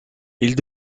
ils